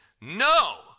no